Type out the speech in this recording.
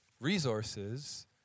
resources